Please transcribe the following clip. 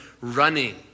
running